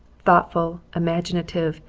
thoughtful, imaginative,